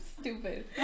Stupid